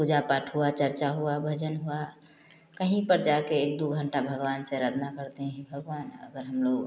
पूजा पाठ हुआ चर्चा हुआ भजन हुआ कहीं पर जाके एक दो घंटा भगवान से आराधना करते हैं भगवान अगर हम लोग